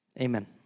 Amen